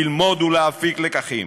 ללמוד ולהפיק לקחים,